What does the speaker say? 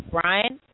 Brian